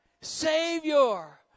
Savior